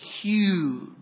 huge